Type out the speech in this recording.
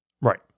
Right